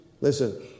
Listen